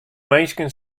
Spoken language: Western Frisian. minsken